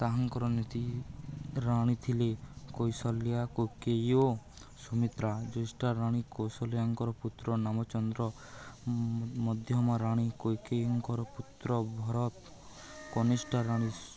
ତାହାଙ୍କର ନୀତି ରାଣୀ ଥିଲେ କୌଶଲ୍ୟା କୈକେୟୀ ଓ ସୁମିତ୍ରା ଜ୍ୟେଷ୍ଠ ରାଣୀ କୌଶଲ୍ୟାଙ୍କର ପୁତ୍ର ରାମଚନ୍ଦ୍ର ମଧ୍ୟମ ରାଣୀ କୈକେୟୀଙ୍କର ପୁତ୍ର ଭରତ କନଷ୍ଠ ରାଣୀ